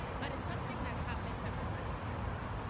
but it's something that happens that we weren't expecting.